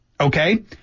Okay